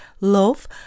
love